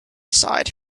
side